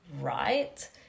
right